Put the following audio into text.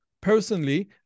personally